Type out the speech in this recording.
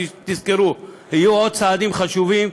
תזכרו: יהיו עוד צעדים חשובים,